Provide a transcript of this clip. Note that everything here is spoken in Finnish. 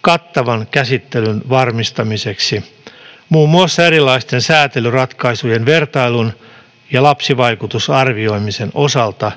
kattavan käsittelyn varmistamiseksi muun muassa erilaisten säätelyratkaisujen vertailun ja lapsivaikutusarvioimisen osalta